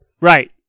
Right